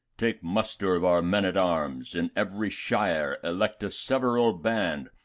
take muster of our men at arms in every shire elect a several band.